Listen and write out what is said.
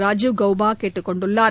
ராஜீவ் கௌபா கேட்டுக் கொண்டுள்ளார்